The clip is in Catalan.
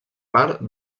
part